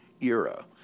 era